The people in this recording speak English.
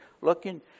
Looking